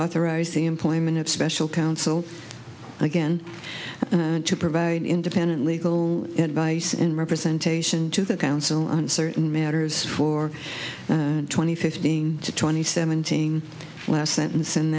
authorize the employment of special counsel again to provide independent legal advice and representation to the council on certain matters for twenty fifteen to twenty seventeen last sentence and